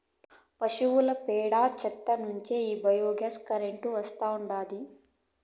పశువుల పేడ చెత్త నుంచే ఈ బయోగ్యాస్ కరెంటు వస్తాండాది